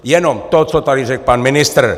Jenom to, co tady řekl pan ministr.